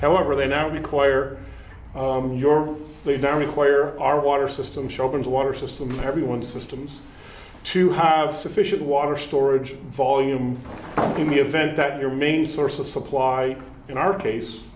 however they now require your they don't require our water system sharpens water system everyone systems to have sufficient water storage volume in the event that your main source of supply in our case